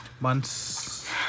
Months